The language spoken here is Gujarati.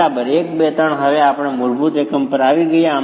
બરાબર 1 2 અને 3 હવે આપણે મૂળભૂત એકમ પર આવી ગયા છીએ